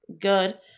good